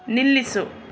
ನಿಲ್ಲಿಸು